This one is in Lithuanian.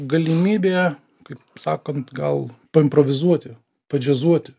galimybė kaip sakant gal paimprovizuoti padžiazuoti